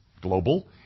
global